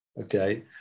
Okay